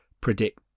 predict